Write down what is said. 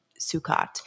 Sukkot